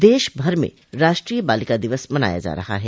आज देश भर में राष्ट्रीय बालिका दिवस मनाया जा रहा है